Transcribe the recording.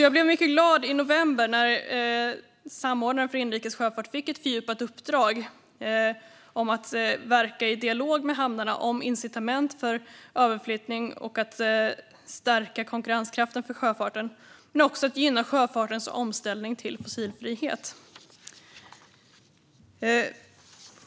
Jag blev därför glad när samordnaren för inrikes sjöfart i november fick ett fördjupat uppdrag att verka i dialog med hamnarna om incitament för överflyttning och att stärka konkurrenskraften för sjöfarten och gynna sjöfartens omställning till fossilfrihet.